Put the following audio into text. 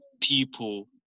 people